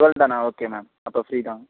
twelve தான okay ma'am அப்போ free தான் மேம்